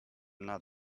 not